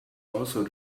also